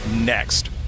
next